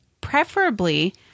preferably